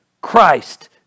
Christ